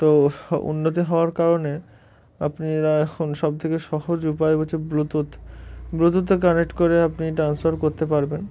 তো উন্নতি হওয়ার কারণে আপনা এখন সবথেকে সহজ উপায় হচ্ছে ব্লুটুথ ব্লুটুথে কানেক্ট করে আপনি ট্রান্সফার করতে পারবেন